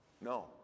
No